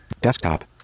desktop